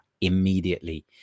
immediately